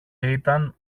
ήταν